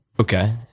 Okay